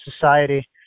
society